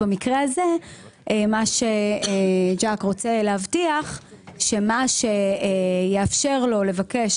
במקרה הזה מה שג'ק רוצה להבטיח שמה שיאפשר לו לבקש